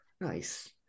nice